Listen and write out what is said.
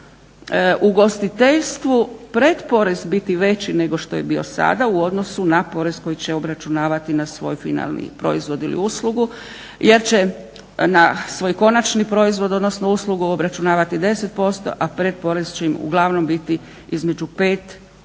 u ugostiteljstvu pretporez biti veći nego što je bio sada u odnosu na porez koji će obračunavati na svoj finalni proizvod ili uslugu, jer će na svoj konačni proizvod odnosno uslugu obračunavati 10% a pretporez će im uglavnom biti između 5,